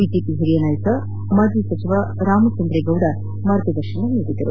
BJP ಹಿರಿಯ ನಾಯಕ ಮಾಜಿ ಸಚಿವ ರಾಮಚಂದ್ರೇಗೌಡ ಮಾರ್ಗದರ್ಶನ ನೀಡಿದರು